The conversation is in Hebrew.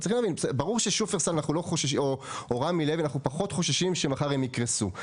ברור שאנחנו פחות חוששים ששופרסל או רמי לוי יקרסו מחר,